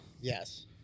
yes